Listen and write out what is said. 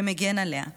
שמגן עליה.